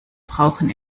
brauchen